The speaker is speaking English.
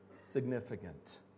significant